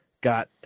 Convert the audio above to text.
got –